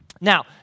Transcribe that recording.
Now